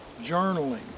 journaling